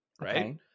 right